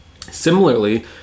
Similarly